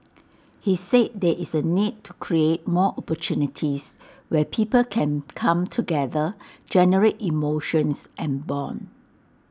he said there is A need to create more opportunities where people can come together generate emotions and Bond